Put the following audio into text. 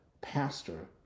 pastor